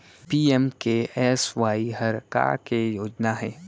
PMKSY हर का के योजना हे?